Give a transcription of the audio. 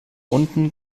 unten